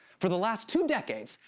for the last two decades,